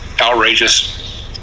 outrageous